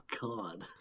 God